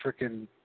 freaking